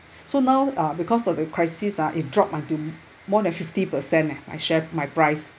so now uh because of the crisis ah it dropped until more than fifty percent leh my share my price